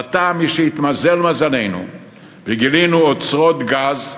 ועתה, משהתמזל מזלנו וגילינו אוצרות גז,